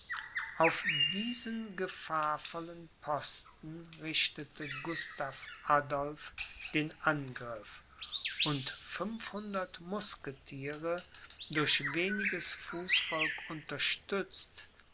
auf diesen gefahrvollen posten richtete gustav adolph den angriff und fünfhundert musketiere durch weniges fußvolk